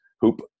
hoop